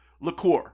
liqueur